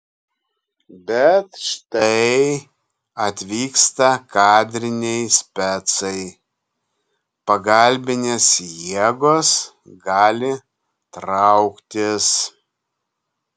bet štai atvyksta kadriniai specai pagalbinės jėgos gali trauktis